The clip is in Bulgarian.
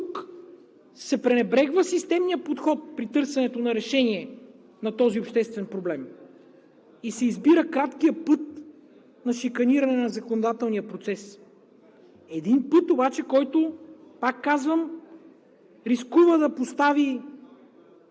Тук се пренебрегва системният подход при търсенето на решение на този обществен проблем и се избира краткият път на шиканиране на законодателния процес. Един път обаче, който, пак казвам, рискува да постави